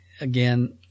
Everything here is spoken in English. Again